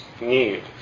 need